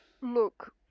look